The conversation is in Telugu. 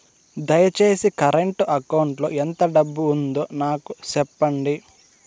దయచేసి నా కరెంట్ అకౌంట్ లో ఎంత డబ్బు ఉందో నాకు సెప్పండి